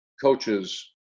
coaches